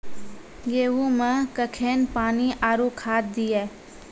गेहूँ मे कखेन पानी आरु खाद दिये?